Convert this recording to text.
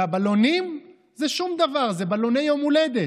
והבלונים זה שום דבר, זה בלוני יום הולדת,